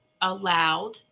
allowed